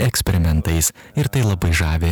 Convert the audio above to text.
eksperimentais ir tai labai žavi